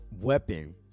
weapon